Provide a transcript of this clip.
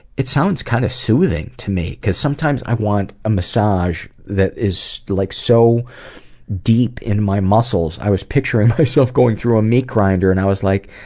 it sounds kind of soothing to me cuz sometimes i want a massage that is like so deep in my muscles. i was picturing myself going through a meat grinder, and i was like,